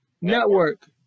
network